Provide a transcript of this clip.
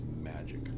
magic